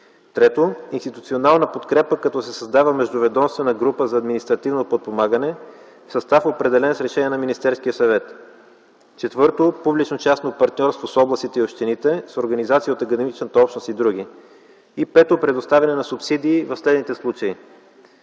проекти; 3. институционална подкрепа, като се създава междуведомствена група за административно подпомагане в състав, определен с решение на Министерския съвет; 4. публично-частно партньорство с областите и общините, с организации от академичната общност и др.; 5. предоставяне на субсидии в следните случаи: